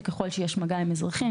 כך שככל שיהיה מגע עם אזרחים,